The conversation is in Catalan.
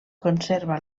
conserva